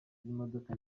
z’imodoka